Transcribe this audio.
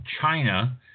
China